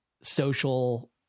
social